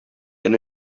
and